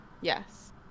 Yes